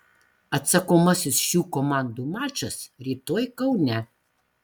atsakomasis šių komandų mačas rytoj kaune